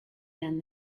then